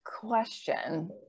question